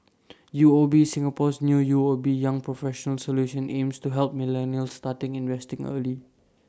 UOB Singapore's new UOB young professionals solution aims to help millennials start investing early